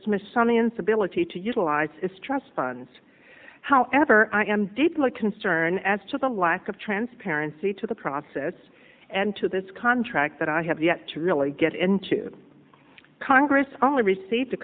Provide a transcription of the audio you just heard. smithsonian's ability to utilize its trust funds however i am deeply concerned as to the lack of transparency to the process and to this contract that i have yet to really get into congress only received a